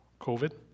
COVID